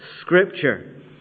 Scripture